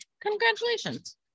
congratulations